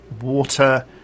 water